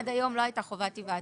עד היום לא הייתה חובת היוועצות,